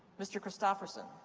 mr. christopherson.